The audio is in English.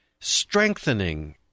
strengthening